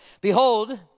Behold